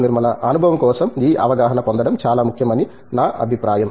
నిర్మలా అనుభవం కోసం ఈ అవగాహన పొందడం చాలా ముఖ్యం అని నా అభిప్రాయం